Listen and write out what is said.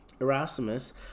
Erasmus